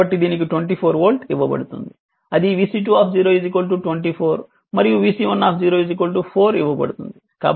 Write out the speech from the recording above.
కాబట్టి దీనికి 24 వోల్ట్ ఇవ్వబడుతుంది అది vC2 24 మరియు vC1 4 ఇవ్వబడుతుంది